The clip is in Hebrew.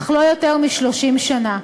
אך לא יותר מ-30 שנה.